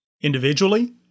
individually